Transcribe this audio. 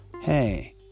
hey